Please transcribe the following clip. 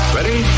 Ready